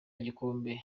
igikombe